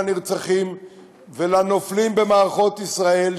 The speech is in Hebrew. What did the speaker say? לנרצחים ולנופלים במערכות ישראל,